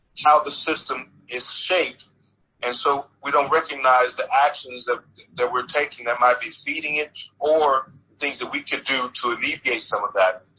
how the system is shaped and so we don't recognize the actions that that we're taking that might be feeding it. or things that we can do to alleviate some of that.